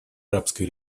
арабской